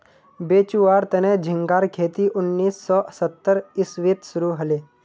बेचुवार तने झिंगार खेती उन्नीस सौ सत्तर इसवीत शुरू हले